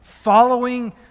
following